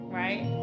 right